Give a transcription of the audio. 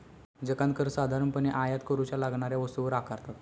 जकांत कर साधारणपणे आयात करूच्या लागणाऱ्या वस्तूंवर आकारतत